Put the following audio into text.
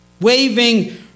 waving